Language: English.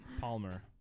Palmer